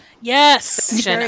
Yes